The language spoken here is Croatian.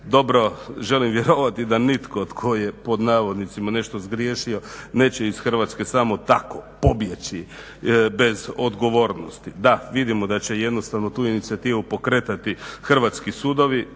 Dobro, želim vjerovati da nitko tko je "nešto zgriješio" neće iz Hrvatske samo tako pobjeći bez odgovornosti. Da, vidimo da će jednostavno tu inicijativu pokretati hrvatski sudovi,